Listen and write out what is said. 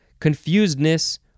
Confusedness